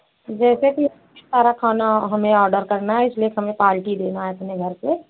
जैसे कि सारा खाना हमें आर्डर करना है इसलिए हमें पार्टी देना है अपने घर पर